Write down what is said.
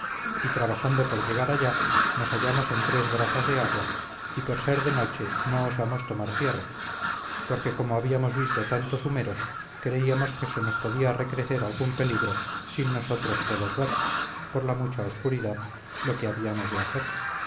y trabajando por llegar allá nos hallamos en tres brazas de agua y por ser de noche no osamos tomar tierra porque como habíamos visto tantos humeros creíamos que se nos podía recrecer algún peligro sin nosotros poder ver por la mucha oscuridad lo que habíamos de hacer